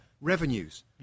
revenues